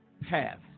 path